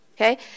Okay